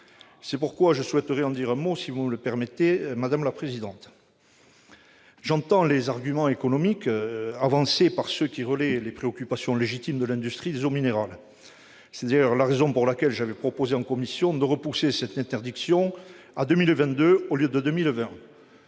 C'est pourquoi je souhaite en dire un mot, si vous me le permettez, madame la présidente. J'entends les arguments économiques avancés par ceux qui relaient les préoccupations légitimes de l'industrie des eaux minérales. C'est d'ailleurs la raison pour laquelle j'avais proposé en commission de repousser la date de cette interdiction à 2022, au lieu de 2020.